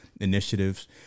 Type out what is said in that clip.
initiatives